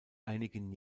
einigen